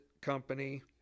Company